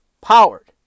Powered